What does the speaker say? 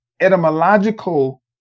etymological